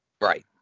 Right